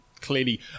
clearly